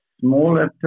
smaller